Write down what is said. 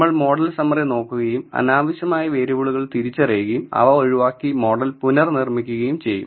നമ്മൾ model summary നോക്കുകയും അനാവശ്യമായ വേരിയബിളുകൾ തിരിച്ചറിയുകയും അവ ഒഴിവാക്കി മോഡൽ പുനർനിർമ്മിക്കുകയും ചെയ്യും